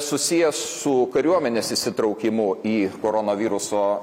susijęs su kariuomenės įsitraukimu į koronaviruso